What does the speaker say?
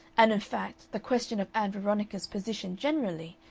and in fact the question of ann veronica's position generally,